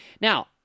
Now